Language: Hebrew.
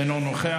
די, די.